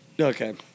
Okay